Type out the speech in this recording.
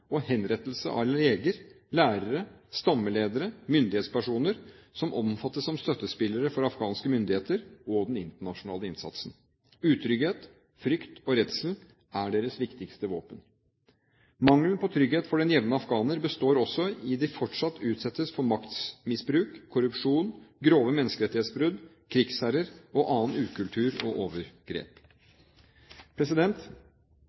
og henrettelser av leger, lærere, stammeledere og myndighetspersoner som oppfattes som støttespillere for afghanske myndigheter og den internasjonale innsatsen. Utrygghet, frykt og redsel er deres viktigste våpen. Mangelen på trygghet for den jevne afghaner består også i at de fortsatt utsettes for maktmisbruk, korrupsjon, grove menneskerettighetsbrudd, krigsherrer og annen ukultur og overgrep.